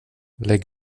lägg